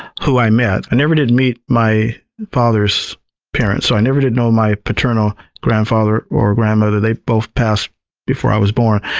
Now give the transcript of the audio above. who i met, i never did meet my father's parents, so i never did know my paternal grandfather or grandmother. they both passed before i was born.